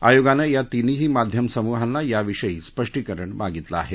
आयोगानं या तीनही माध्यमसमूहांना या विषयी स्पष्टीकरण मागितलं आहे